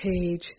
page